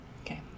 Okay